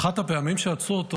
באחת הפעמים שעצרו אותו,